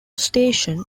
station